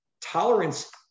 tolerance